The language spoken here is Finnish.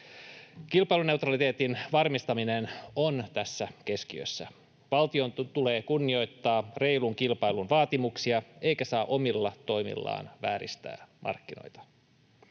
Kilpailuneutraliteetin varmistaminen on tässä keskiössä. Valtion tulee kunnioittaa reilun kilpailun vaatimuksia, eikä se saa omilla toimillaan vääristää markkinoita.